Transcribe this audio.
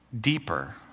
deeper